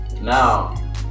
Now